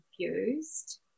confused